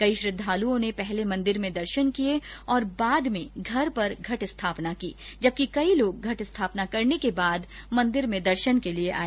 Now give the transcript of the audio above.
कई श्रद्धालुओं ने पहले मंदिर मेँ दर्शन किये और बाद में घर पर घट स्थापना की जबकि कई लोग घट स्थापना करने के बाद मंदिर में दर्शन के लिए आए